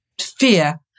fear